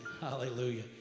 Hallelujah